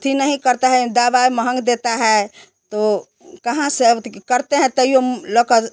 अति नहीं करता है दवा महंगी देता है तो कहाँ से अब करते हैं त्यो लकज